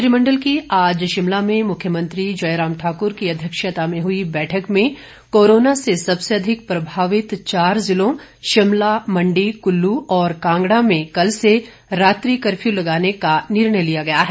मंत्रिमण्डल की आज शिमला में मुख्यमंत्री जयराम ठाकुर की अध्यक्षता में हुई बैठक में कोरोना से सबसे अधिक प्रमावित चार जिलों शिमला मण्डी कुल्लू और कांगड़ा में कल से रात्रि कफ्यु लगाने का निर्णय लिया गया है